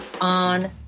on